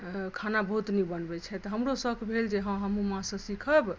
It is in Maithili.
खाना बहुत नीक बनबैत छथि हमरो शौक भेल जे हँ हमहूँ माँसँ सीखब